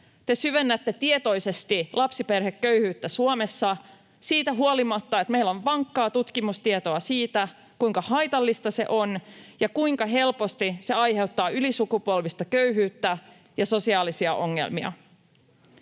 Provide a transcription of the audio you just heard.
Te syvennätte tietoisesti lapsiperheköyhyyttä Suomessa siitä huolimatta, että meillä on vankkaa tutkimustietoa siitä, kuinka haitallista se on ja kuinka helposti se aiheuttaa ylisukupolvista köyhyyttä ja sosiaalisia ongelmia.